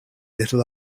little